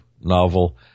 novel